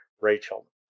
Rachel